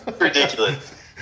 Ridiculous